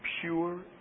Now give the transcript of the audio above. pure